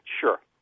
Sure